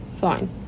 Fine